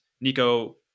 Nico